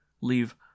leave